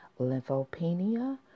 Lymphopenia